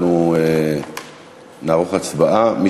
אנחנו נערוך הצבעה.